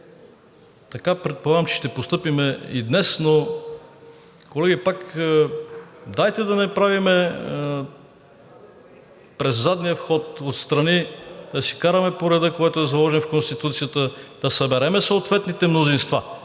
Така предполагам, че ще постъпим и днес. Но, колеги, пак, дайте да не правим през задния вход, отстрани, да си караме по реда, който е заложен в Конституцията, да съберем съответните мнозинства.